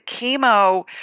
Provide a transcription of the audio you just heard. chemo